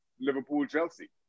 Liverpool-Chelsea